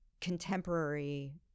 contemporary